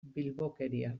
bilbokeria